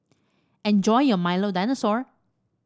enjoy your Milo Dinosaur